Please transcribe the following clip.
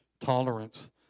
Tolerance